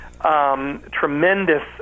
tremendous